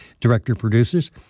director-producers